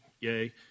yay